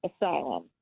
asylum